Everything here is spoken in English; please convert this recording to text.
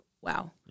wow